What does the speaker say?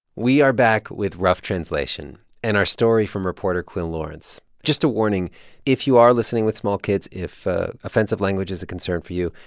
we are back with rough translation and our story from reporter quil lawrence. just a warning if you are listening with small kids, if ah offensive language is a concern for you,